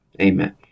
Amen